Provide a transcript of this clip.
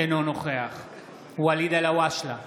אינו נוכח ואליד אלהואשלה,